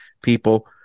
people